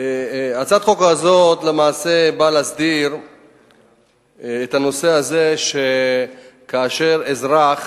הצעת החוק הזו באה להסדיר את הנושא הזה, כאשר אזרח